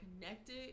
connected